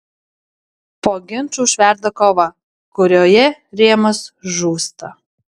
po ginčų užverda kova kurioje rėmas žūsta